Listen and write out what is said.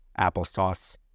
Applesauce